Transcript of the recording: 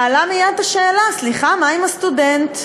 מעלה מייד את השאלה: סליחה, מה עם הסטודנט?